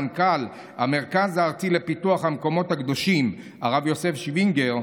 מנכ"ל המרכז הארצי לפיתוח המקומות הקדושים הרב יוסף שווינגר,